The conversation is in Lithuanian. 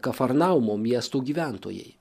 kafarnaumo miestų gyventojai